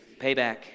Payback